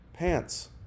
pants